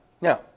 Now